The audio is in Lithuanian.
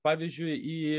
pavyzdžiui į